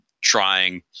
trying